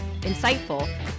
insightful